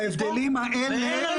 ההבדלים האלה --- לא,